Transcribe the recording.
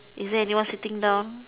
is there anyone sitting down